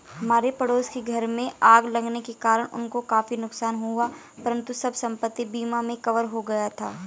हमारे पड़ोस के घर में आग लगने के कारण उनको काफी नुकसान हुआ परंतु सब संपत्ति बीमा में कवर हो गया था